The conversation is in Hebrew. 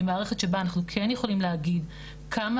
היא מערכת שבה אנחנו כן יכולים להגיד כמה